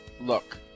look